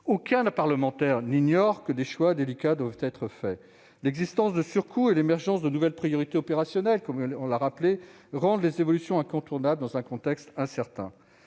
Aucun parlementaire n'ignore que des choix délicats doivent être faits. L'existence de surcoûts et l'émergence de nouvelles priorités opérationnelles rendent les évolutions incontournables dans un contexte incertain.